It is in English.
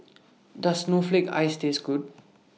Does Snowflake Ice Taste Good